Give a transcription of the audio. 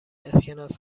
اسکناس